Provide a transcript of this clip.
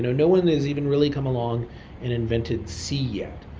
no no one has even really come along and invented c yet.